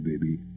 baby